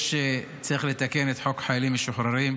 צריך לתקן את חוק חיילים משוחררים.